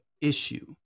issue